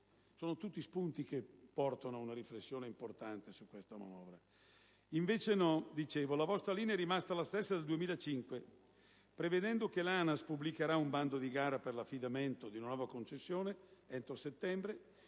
Tali spunti inducono a una riflessione importante su tale manovra. Invece no: la vostra linea e rimasta la stessa del 2005, prevedendo che l'ANAS pubblicherà un bando di gara per l'affidamento di una nuova concessione entro settembre;